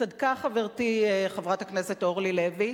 צדקה חברתי חברת הכנסת אורלי לוי,